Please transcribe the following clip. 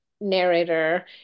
narrator